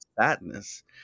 sadness